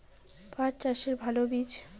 পাঠ চাষের ভালো বীজ?